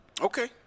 Okay